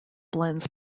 blends